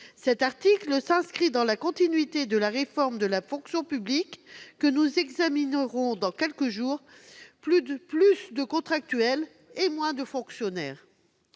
L'article 6 s'inscrit dans la continuité de la réforme de la fonction publique que nous examinerons dans quelques jours : plus de contractuels et moins de fonctionnaires.